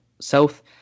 South